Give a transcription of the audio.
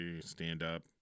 stand-up